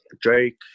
Drake